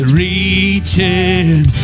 reaching